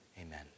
Amen